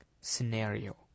scenario